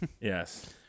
Yes